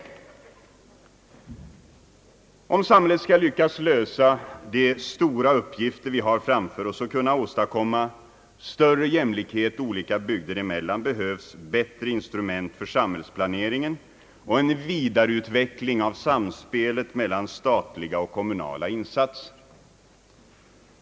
Om samhället skall lyckas lösa de stora uppgifter vi har framför oss och åstadkomma större jämlikhet olika bygder emellan, behövs bättre instrument för samhällsplaneringen och en vidareutveckling av samspelet mellan statliga och kommunala insatser.